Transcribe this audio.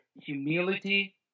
humility